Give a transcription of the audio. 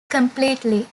completely